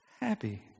happy